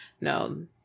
no